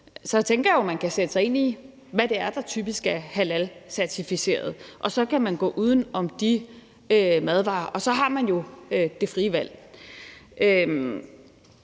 halalcertificeret, kan man sætte sig ind i, hvad det er, der typisk er halalcertificeret, og så kan man gå uden om de madvarer, og så har man jo det frie valg.